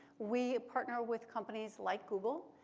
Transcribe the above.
we partner with companies like google.